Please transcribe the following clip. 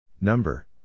Number